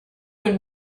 and